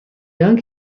dank